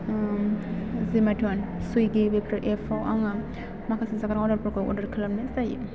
Zomato सुइगि बेफोर एपआव आङो माखासे जाग्रा आदारफोरखौ अर्डार खालामनाय जायो